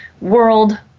world